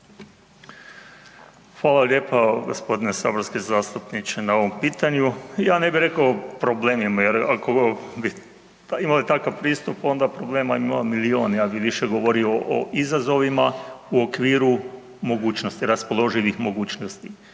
Hvala lijepa, g. saborski zastupniče na ovom pitanju. Ja ne bi rekao problemima jer ako bi imali takav pristup onda problema ima milijun, ja bi više govorio o izazovima u okviru mogućnosti, raspoloživih mogućnosti